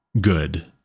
good